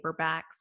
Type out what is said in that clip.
paperbacks